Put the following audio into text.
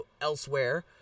elsewhere